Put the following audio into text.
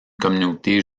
communauté